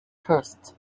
tourists